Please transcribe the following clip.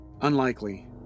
Unlikely